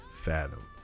Fathom